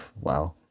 Wow